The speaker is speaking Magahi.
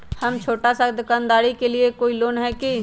हम छोटा सा दुकानदारी के लिए कोई लोन है कि?